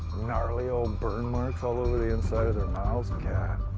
gnarly old burn marks all over the inside of their mouth.